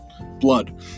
blood